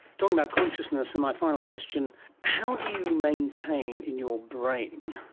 talking about consciousness, and my final question how do you maintain in your brain,